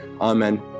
Amen